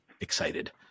excited